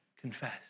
confess